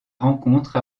rencontre